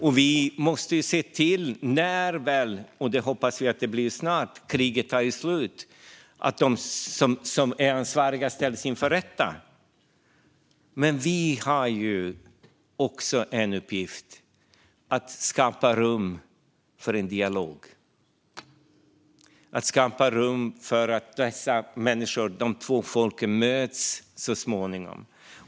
Det andra är att vi när kriget väl tar slut, vilket vi hoppas blir snart, måste se till att de ansvariga ställs inför rätta. Men vi har också uppgiften att skapa rum för en dialog, att skapa rum för de två folken att mötas så småningom.